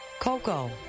Coco